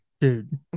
dude